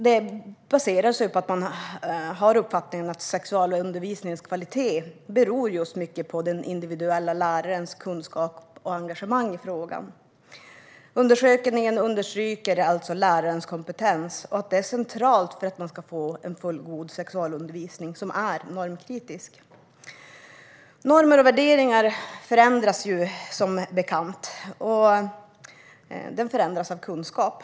Detta baserar sig på uppfattningen att sexualundervisningens kvalitet just beror mycket på den individuella lärarens kunskap och engagemang i frågan. Undersökningen understryker alltså lärarens kompetens och att den är central för att man ska få en fullgod sexualundervisning som är normkritisk. Normer och värderingar förändras ju som bekant, och de förändras av kunskap.